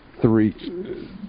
three